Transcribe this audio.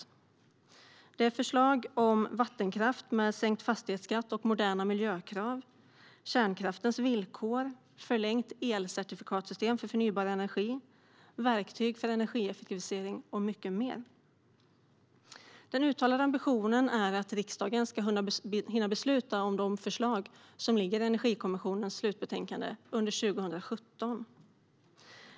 Det finns förslag om vattenkraft med sänkt fastighetsskatt och moderna miljökrav, kärnkraftens villkor, förlängt elcertifikatssystem för förnybar energi, verktyg för energieffektivisering och mycket mer. Den uttalade ambitionen är att riksdagen under 2017 ska hinna besluta om de förslag som ligger i Energikommissionens slutbetänkande.